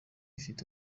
ifite